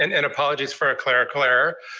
and and apologies for a clerical error.